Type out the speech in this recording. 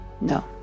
No